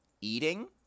Eating